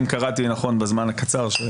אם קראתי נכון בזמן הקצר,